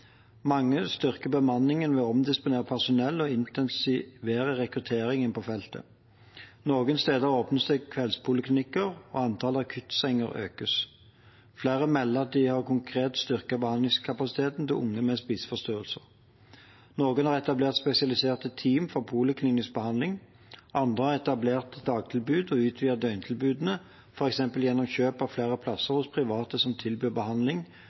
Mange styrker bemanningen ved å omdisponere personell og intensivere rekrutteringen på feltet. Noen steder åpnes det kveldspoliklinikker, og antall akuttsenger økes. Flere melder at de konkret har styrket behandlingskapasiteten for unge med spiseforstyrrelser. Noen har etablert spesialiserte team for poliklinisk behandling, andre har etablert dagtilbud og utvidet døgntilbudene, f.eks. gjennom kjøp av flere plasser hos private som tilbyr behandling